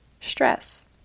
Stress